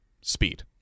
speed